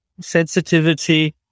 sensitivity